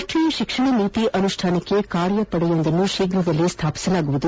ರಾಷ್ಟೀಯ ಶಿಕ್ಷಣ ನೀತಿ ಅನುಷ್ಠಾನಕ್ಕೆ ಕಾರ್ಯಪಡೆಯೊಂದನ್ನು ಶೀಫ್ರದಲ್ಲೇ ಸ್ವಾಪಿಸಲಾಗುವುದು